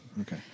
Okay